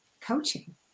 coaching